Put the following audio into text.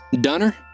dunner